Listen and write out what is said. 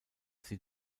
sie